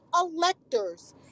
electors